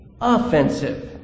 offensive